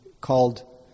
called